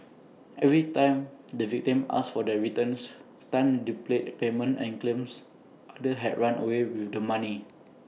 every time the victims asked for their returns Tan do play A payment and claims others had run away with the money